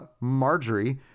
Marjorie